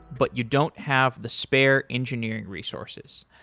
but you don't have the spare engineering resources.